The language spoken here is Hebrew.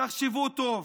תחשבו טוב.